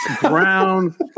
Brown